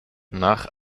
nach